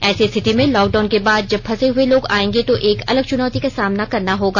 ऐसी स्थिति में लॉकडाउन के बाद जब फंसे हुए लोग आएंगे तो एक अलग चुनौती का सामना करना होगा